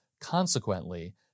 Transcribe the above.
Consequently